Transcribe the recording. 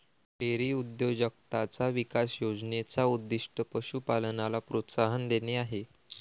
dairy उद्योजकताचा विकास योजने चा उद्दीष्ट पशु पालनाला प्रोत्साहन देणे आहे